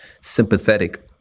sympathetic